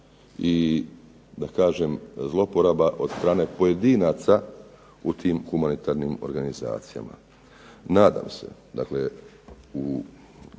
i da kažem zlouporaba od strane pojedinaca u tim humanitarnim organizacijama. Nadam se, dakle u